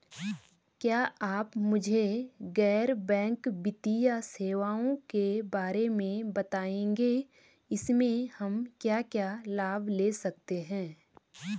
क्या आप मुझे गैर बैंक वित्तीय सेवाओं के बारे में बताएँगे इसमें हम क्या क्या लाभ ले सकते हैं?